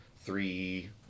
three